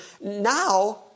now